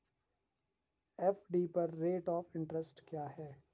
FD पर rate of interest क्या है?